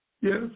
Yes